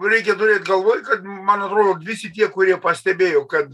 reikia turėt galvoj kad man atrodo visi tie kurie pastebėjo kad